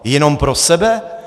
Jenom pro sebe?